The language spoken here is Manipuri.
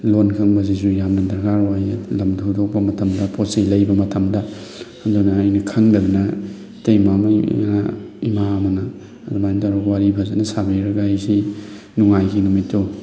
ꯂꯣꯟ ꯈꯪꯕꯁꯤꯁꯨ ꯌꯥꯝꯅ ꯗꯔꯀꯥꯔ ꯑꯣꯏ ꯂꯝ ꯇꯨ ꯊꯣꯛꯄ ꯃꯇꯝꯗ ꯄꯣꯠꯆꯩ ꯂꯩꯕ ꯃꯇꯝꯗ ꯑꯗꯨꯅ ꯑꯩꯅ ꯈꯪꯗꯗꯅ ꯏꯇꯩꯃ ꯑꯃ ꯏꯃꯥ ꯑꯃꯅ ꯑꯗꯨꯃꯥꯏꯅ ꯇꯧꯔꯒ ꯋꯥꯔꯤ ꯐꯖꯅ ꯁꯥꯕꯤꯔꯒ ꯑꯩꯁꯤ ꯅꯨꯡꯉꯥꯏꯒꯤ ꯅꯨꯃꯤꯠꯇꯣ